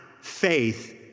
faith